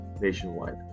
nationwide